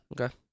Okay